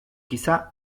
quizá